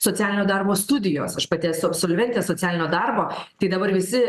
socialinio darbo studijos aš pati esu absolventė socialinio darbo tai dabar visi